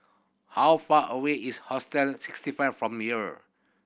how far away is Hostel Sixty Five from here